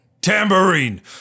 Tambourine